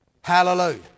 Hallelujah